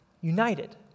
United